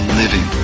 living